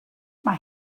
mae